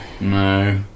No